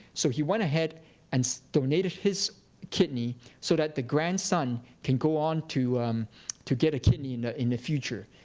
so he went ahead and donated his kidney so that the grandson can go on to to get a kidney and in the future.